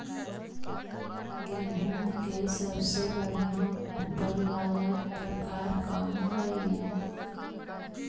गेंहूम के सबसे बढ़िया उपज वाला प्रकार कौन हई?